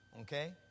Okay